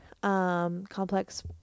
complex